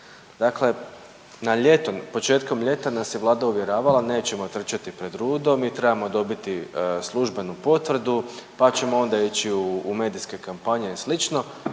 Dakle na ljeto, početkom ljeta nas je vlada uvjeravala nećemo trčati pred rudo, mi trebamo dobiti službenu potvrdu, pa ćemo onda ići u medijske kampanje i